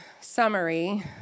summary